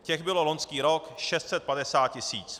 Těch bylo loňský rok 650 tisíc.